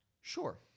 Sure